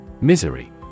Misery